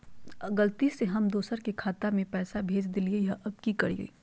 गलती से हम दुसर के खाता में पैसा भेज देलियेई, अब की करियई?